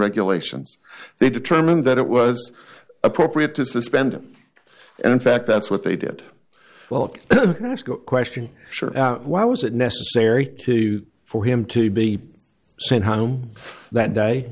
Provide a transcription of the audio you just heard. regulations they determined that it was appropriate to suspend and in fact that's what they did well question sure why was it necessary to for him to be sent home that day